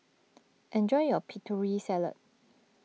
enjoy your Putri Salad